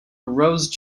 rose